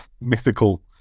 mythical